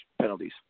penalties